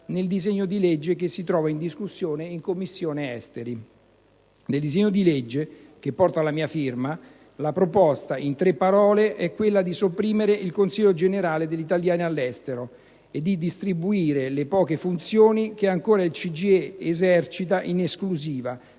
nel disegno di legge che si trova in discussione in Commissione esteri. In tale disegno di legge, che porta la mia firma, la proposta, in tre parole, è quella di sopprimere il Consiglio generale degli Italiani all'estero e di distribuire le poche funzioni che ancora il CGIE esercita in esclusiva